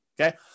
Okay